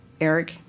Eric